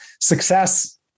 success